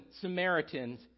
Samaritans